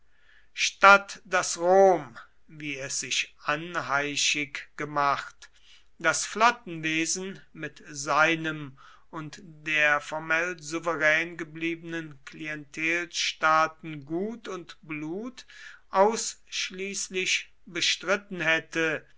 statt daß rom wie es sich anheischig gemacht das flottenwesen mit seinem und der formell souverän gebliebenen klientelstaaten gut und blut ausschließlich bestritten hätte